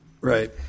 Right